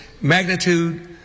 magnitude